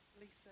Lisa